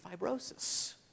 fibrosis